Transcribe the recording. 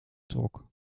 trok